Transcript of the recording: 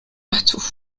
partout